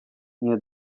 nie